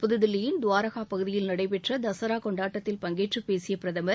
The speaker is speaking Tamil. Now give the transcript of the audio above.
புதுதில்லியின் துவாரகா பகுதியில் நடைபெற்ற தசரா கொண்டாட்டத்தில் பங்கேற்றுப் பேசிய பிரதமர்